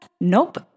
Nope